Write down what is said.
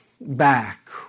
back